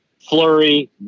Flurry